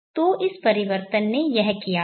तो इस परिवर्तन ने यह किया है